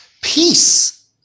Peace